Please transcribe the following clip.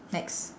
next